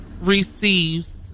receives